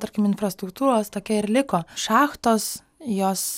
tarkim infrastruktūros tokia ir liko šachtos jos